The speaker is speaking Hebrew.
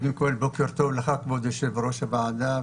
בוקר טוב ליושב-ראש הוועדה,